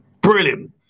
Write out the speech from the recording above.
brilliant